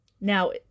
Now